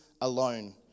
alone